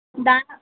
दाहा